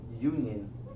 union